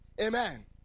Amen